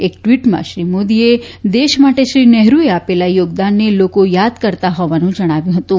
એક ટ્રવીટમાં શ્રી મોદીએ દેશ માટે શ્રી નહેરુએ આપેલા યોગદાનને લોકો યાદ કરતાં હોવાનું જજ્ઞાવ્યું હતું